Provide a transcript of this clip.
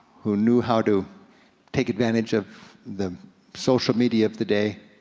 who knew how to take advantage of the social media of the day,